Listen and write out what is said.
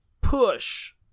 push